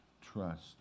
trust